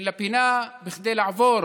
לפינה, כדי לעבור